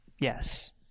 yes